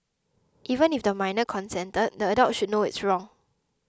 even if the minor consented the adult should know it's wrong